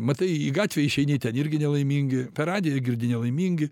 matai į gatvę išeini ten irgi nelaimingi per radiją girdi nelaimingi